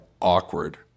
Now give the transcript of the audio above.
awkward